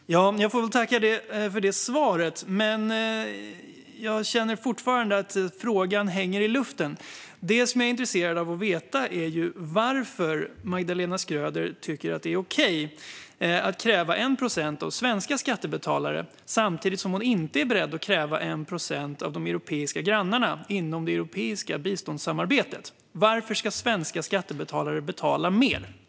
Fru talman! Jag får väl tacka för svaret, men jag känner fortfarande att frågan hänger i luften. Det som jag är intresserad av att veta är varför Magdalena Schröder tycker att det är okej att kräva 1 procent av svenska skattebetalare samtidigt som hon inte är beredd att kräva 1 procent av de europeiska grannarna inom det europeiska biståndssamarbetet. Varför ska svenska skattebetalare betala mer?